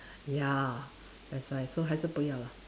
ya that's why so 还是不要 lah